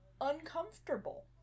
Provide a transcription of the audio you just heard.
uncomfortable